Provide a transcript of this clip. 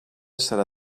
serà